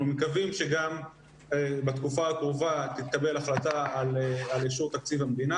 אנחנו מקווים שבתקופה הקרובה תתקבל החלטה על אישור תקציב המדינה